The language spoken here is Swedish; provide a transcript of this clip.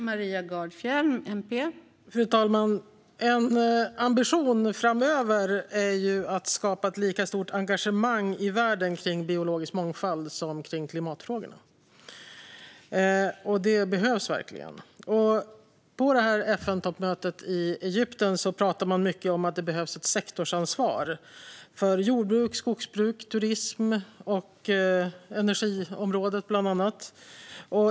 Fru talman! En ambition framöver är att skapa ett lika stort engagemang i världen för biologisk mångfald som för klimatfrågorna. Det behövs verkligen. På det här FN-toppmötet i Egypten pratade man mycket om att det behövs ett sektorsansvar för bland annat jordbruk, skogsbruk, turism och energi.